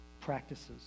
practices